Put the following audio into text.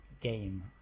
game